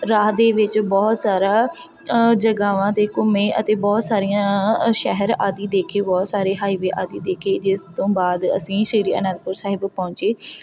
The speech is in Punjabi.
ਰਾਹ ਦੇ ਵਿੱਚ ਬਹੁਤ ਸਾਰਾ ਜਗ੍ਹਾਵਾਂ 'ਤੇ ਘੁੰਮੇ ਅਤੇ ਬਹੁਤ ਸਾਰੀਆਂ ਸ਼ਹਿਰ ਆਦਿ ਦੇਖੇ ਬਹੁਤ ਸਾਰੇ ਹਾਈਵੇ ਆਦਿ ਦੇਖੇ ਜਿਸ ਤੋਂ ਬਾਅਦ ਅਸੀਂ ਸ਼੍ਰੀ ਅਨੰਦਪੁਰ ਸਾਹਿਬ ਪਹੁੰਚੇ